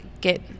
get